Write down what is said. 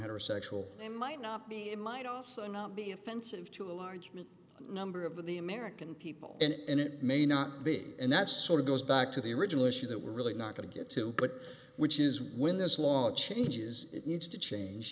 heterosexual they might not be it might also not be offensive to a large mean number of the american people and it may not be and that's sort of goes back to the original issue that we're really not going to get to but which is when this law changes it needs to change